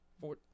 Four